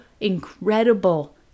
incredible